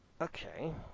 okay